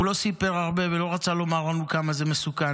הוא לא סיפר הרבה ולא רצה לומר לנו כמה זה מסוכן.